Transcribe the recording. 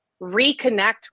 Reconnect